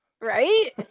Right